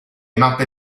mappe